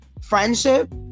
friendship